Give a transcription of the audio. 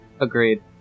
Agreed